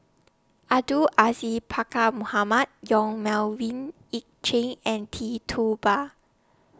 Abdul Aziz Pakkeer Mohamed Yong Melvin Yik Chye and Tee Tua Ba